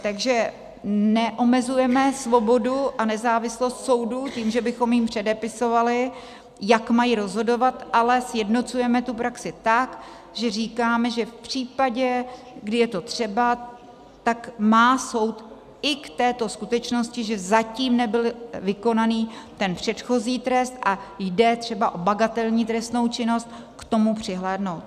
Takže neomezujeme svobodu a nezávislost soudů tím, že bychom jim předepisovali, jak mají rozhodovat, ale sjednocujeme tu praxi tak, že říkáme, že v případě, kdy je to třeba, tak má soud i k této skutečnosti, že zatím nebyl vykonán ten předchozí trest a jde třeba o bagatelní trestnou činnost, k tomu přihlédnout.